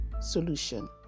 solution